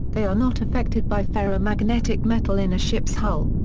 they are not affected by ferromagnetic metal in a ship's hull.